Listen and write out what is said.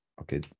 okay